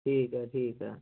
ਠੀਕ ਹੈ ਠੀਕ ਹੈ